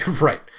Right